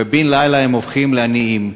ובן-לילה הם הופכים לעניים.